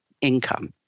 income